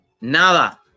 Nada